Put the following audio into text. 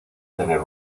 tener